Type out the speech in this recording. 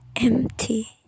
empty